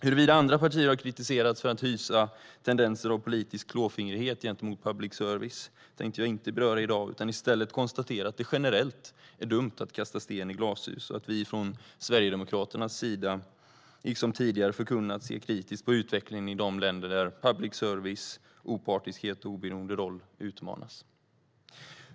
Huruvida andra partier har kritiserats för att hysa tendenser av politisk klåfingrighet gentemot public service tänkte jag inte beröra i dag. I stället konstaterar jag att det generellt är dumt att kasta sten i glashus och att vi från Sverigedemokraternas sida, liksom vi tidigare förkunnat, ser kritiskt på utvecklingen i de länder där public services opartiskhet och oberoende roll utmanas.